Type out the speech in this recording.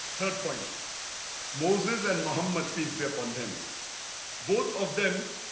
third point moses and muhammad peace be upon them both of them